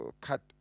cut